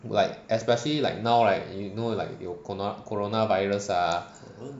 like especially like now like you know like 有 coro~ coronavirus ah